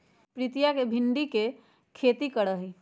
प्रीतिया भिंडी के खेती करा हई